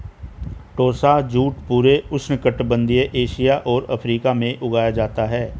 टोसा jute पूरे उष्णकटिबंधीय Asia और अफ्रीका में उगाया जाता है